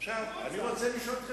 הוא רצה.